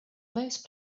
most